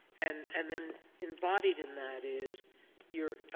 and and then embodied in that is your